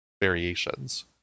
variations